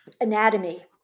anatomy